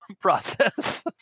process